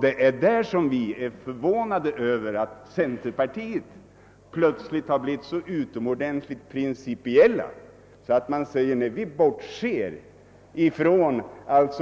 Det är därvidlag som vi är förvånade över att centerpartisterna plötsligt har blivit så utomordentligt principiella att de säger: Nej, vi bortser från